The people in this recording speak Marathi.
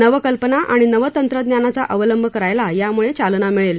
नवकल्पना आणि नवतंत्रज्ञानाचा अवलंब करायला यामुळे चालना मिळेल